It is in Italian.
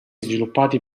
sviluppati